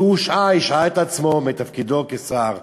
והוא הושעה, השעה את עצמה מתפקידו כשר,